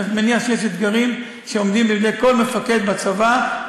אני מניח שיש אתגרים שעומדים בפני כל מפקד בצבא,